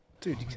Dude